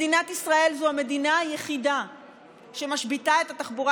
מדינת ישראל זו המדינה היחידה שמשביתה את התחבורה